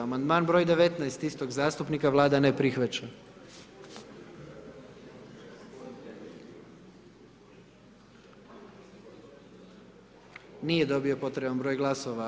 Amandman broj 19., istog zastupnika, Vlada ne prihvaća, nije dobio potreban broj glasova.